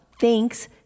thanks